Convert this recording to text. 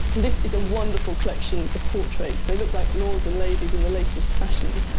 this is a wonderful collection of portraits. they look like lords and ladies in the latest fashions.